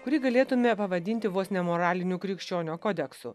kurį galėtumėme pavadinti vos ne moraliniu krikščionio kodeksu